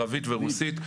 ערבית ורוסית.